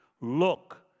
look